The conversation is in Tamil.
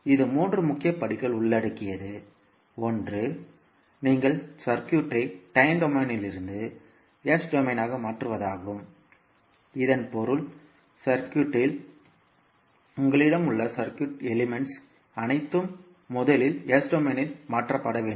இது மூன்று முக்கிய படிகள் உள்ளடக்கியது ஒன்று நீங்கள் சுற்றுவட்டத்தை டைம் டொமைனிலிருந்து S களத்திற்கு மாற்றுவதாகும் இதன் பொருள் மின் சர்க்யூட்டில் உங்களிடம் உள்ள சர்க்யூட் எலிமெண்ட்ஸ் அனைத்தும் முதலில் S டொமைனில் மாற்றப்படும்